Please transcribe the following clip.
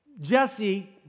Jesse